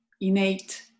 innate